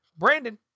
Brandon